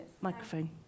Microphone